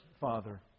Father